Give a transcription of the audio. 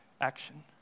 action